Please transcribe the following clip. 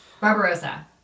Barbarossa